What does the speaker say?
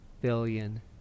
billion